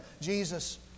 Jesus